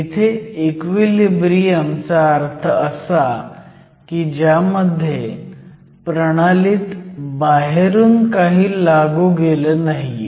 इथे इक्विलिब्रियम चा अर्थ असा की ज्यामध्ये प्रणालीत बाहेरून काही लागू केलं नाहीये